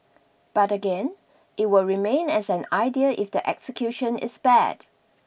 but again it will remain as an idea if the execution is bad